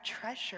treasure